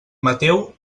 mateu